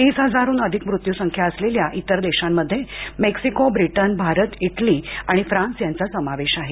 तीस हजारहून अधिक मृत्युसंख्या असलेल्या इतर देशांमध्ये मेक्सिको ब्रिटन भारत इटली आणि फ्रान्स यांचा समावेश आहे